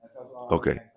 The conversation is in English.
Okay